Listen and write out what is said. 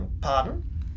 Pardon